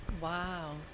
Wow